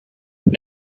been